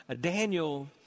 Daniel